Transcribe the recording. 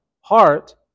heart